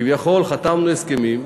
כביכול חתמנו על הסכמים,